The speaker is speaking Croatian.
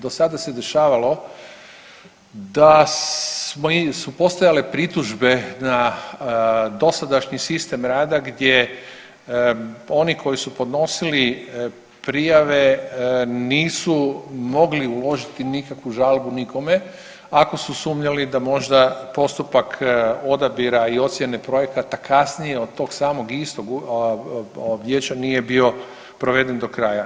Do sada se dešavalo da su postojale pritužbe na dosadašnji sistem rada gdje oni koji su podnosili prijave nisu mogli uložiti nikakvu žalbu nikome ako su sumnjali da možda postupak odabira i ocjene projekata kasnije od tog samog istog vijeća nije bio proveden do kraja.